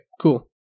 cool